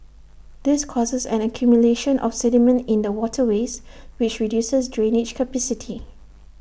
this causes an accumulation of sediment in the waterways which reduces drainage capacity